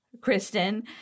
Kristen